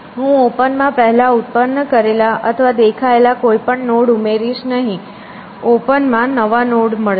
હું ઓપન માં પહેલા ઉત્પન્ન કરેલા અથવા દેખાયેલા કોઈપણ નોડ ઉમેરીશ નહીં ઓપન માં નવા નોડ મળશે